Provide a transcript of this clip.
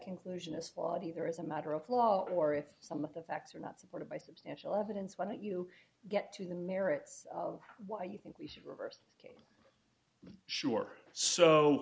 conclusion is flawed either as a matter of law or if some of the facts are not supported by substantial evidence when it you get to the merits of why you think we should reverse sure so